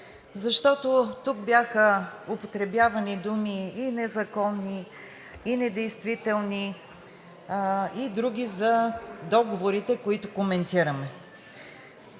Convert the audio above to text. защото тук бяха употребявани думи – и незаконни, и недействителни, и други, за договорите, които коментираме.